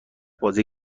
بازی